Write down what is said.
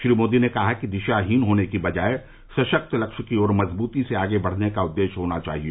श्री मोदी ने कहा कि दिशाहीन होने की बजाय सशक्त लक्ष्य की ओर मजबूती से आगे बढ़ने का उद्देश्य होना चाहिए